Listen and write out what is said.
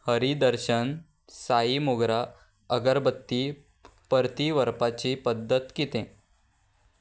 हरी दर्शन साई मोगरा अगरबत्ती परती व्हरपाची पद्दत कितें